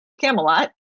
Camelot